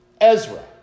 Ezra